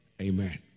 Amen